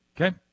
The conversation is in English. Okay